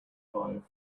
five